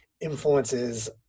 influences